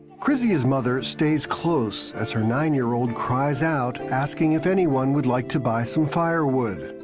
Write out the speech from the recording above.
grisi's mother stays close as her nine-year-old cries out, asking if anyone would like to buy some firewood.